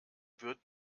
wird